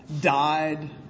died